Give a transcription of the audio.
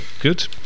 good